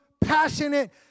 passionate